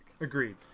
Agreed